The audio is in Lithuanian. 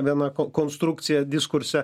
ne viena konstrukcija diskurse